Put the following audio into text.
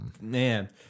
Man